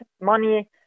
money